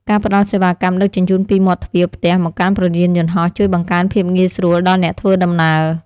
ការផ្តល់សេវាកម្មដឹកជញ្ជូនពីមាត់ទ្វារផ្ទះមកកាន់ព្រលានយន្តហោះជួយបង្កើនភាពងាយស្រួលដល់អ្នកធ្វើដំណើរ។